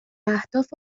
اهداف